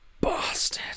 BASTARD